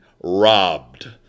robbed